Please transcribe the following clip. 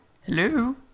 Hello